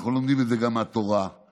אנחנו לומדים את זה גם מהתורה ומהגמרא,